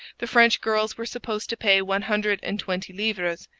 the french girls were supposed to pay one hundred and twenty livres.